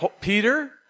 Peter